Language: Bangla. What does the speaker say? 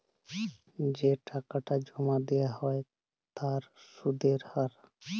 যে টাকাটা জমা দেয়া হ্য় তার সুধের হার